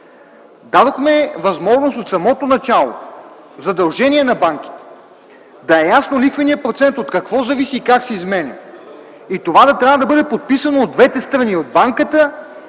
Дадохме възможност от самото начало задължение на банките да е ясно лихвеният процент от какво зависи, как се изменя и това накрая да бъде подписано и от двете страни – и от банката,